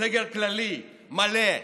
סגר כללי מלא,